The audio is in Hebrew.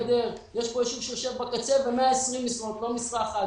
יש פה ישוב שיושב בקצה ו-120 משרות ולא משרה אחת.